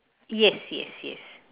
yes yes yes